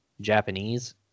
japanese